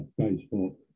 facebook